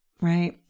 right